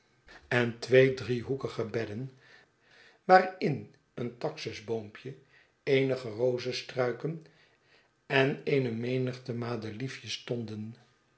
en twee driehoekige bedden waarin een taxisboompje eenige rozestruiken en eene mehigte madeliefjes stonden